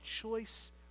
choice